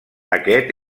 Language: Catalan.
aquest